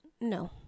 No